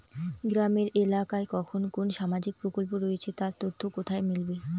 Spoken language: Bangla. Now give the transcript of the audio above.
গ্রামের এলাকায় কখন কোন সামাজিক প্রকল্প রয়েছে তার তথ্য কোথায় মিলবে?